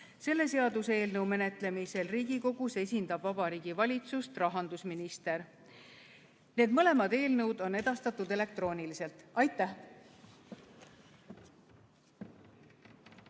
Selle seaduseelnõu menetlemisel Riigikogus esindab Vabariigi Valitsust rahandusminister. Need mõlemad eelnõud on edastatud elektrooniliselt. Aitäh!